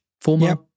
former